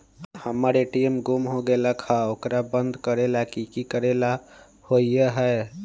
हमर ए.टी.एम गुम हो गेलक ह ओकरा बंद करेला कि कि करेला होई है?